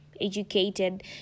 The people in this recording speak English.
educated